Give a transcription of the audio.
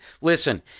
listen